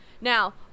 Now